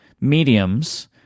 mediums